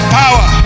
power